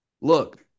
look